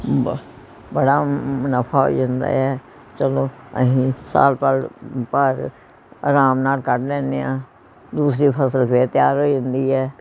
ਬਹ ਬੜਾ ਮੁਨਾਫਾ ਹੋ ਜਾਂਦਾ ਹੈ ਚੱਲੋ ਅਸੀਂ ਸਾਲ ਭਰ ਭਰ ਆਰਾਮ ਨਾਲ ਕੱਢ ਲੈਂਦੇ ਹਾਂ ਦੂਸਰੀ ਫਸਲ ਫਿਰ ਤਿਆਰ ਹੋ ਜਾਂਦੀ ਹੈ